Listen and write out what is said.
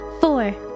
four